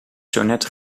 zonet